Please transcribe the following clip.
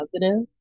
positive